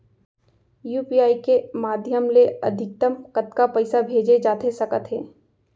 UPI के माधयम ले अधिकतम कतका पइसा भेजे जाथे सकत हे?